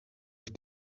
euch